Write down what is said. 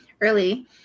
early